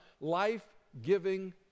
life-giving